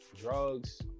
drugs